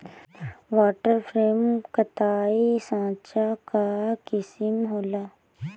water frame कताई साँचा कअ किसिम होला